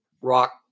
rock